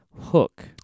Hook